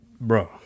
bro